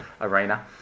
arena